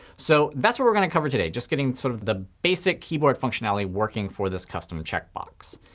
so that's what we're going to cover today, just getting sort of the basic keyboard functionality working for this custom checkbox.